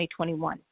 2021